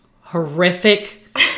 horrific